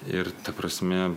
ir ta prasme